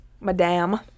Madame